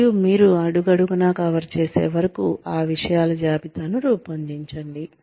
మరియు మీరు అడుగడుగునా కవర్ చేసే వరకు ఆ విషయాల జాబితాను రూపొందించండి